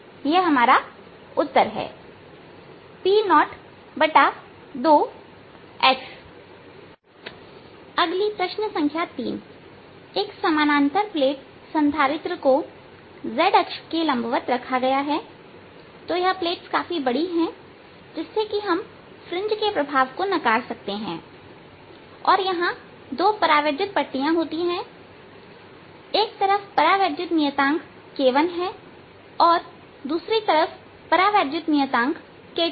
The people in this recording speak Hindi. यह हमारा उत्तर है P02x अगली प्रश्न संख्या 3 एक समानांतर प्लेट संधारित्र को z अक्ष के लंबवत रखा गया है तो यह प्लेट्स काफी बड़ी है जिससे कि हम फ्रिंज के प्रभाव को नकार सकते हैं और यहां दो परावैद्युत पट्टीया होती हैं एक तरफ परावैद्युत नियतांक k1 है और दूसरी तरफ परावैद्युत नियतांक k2 है